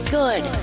good